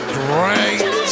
great